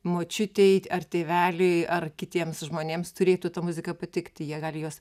močiutei ar tėveliui ar kitiems žmonėms turėtų ta muzika patikti jie gali jos